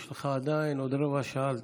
יש לך עדיין עוד רבע שעה לדבר.